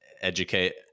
educate